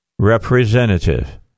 representative